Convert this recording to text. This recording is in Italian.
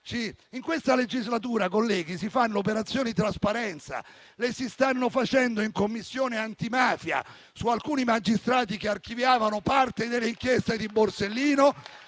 In questa legislatura, colleghi, si fanno operazioni trasparenza. Si stanno facendo in Commissione antimafia su alcuni magistrati che archiviavano parte delle inchieste di Borsellino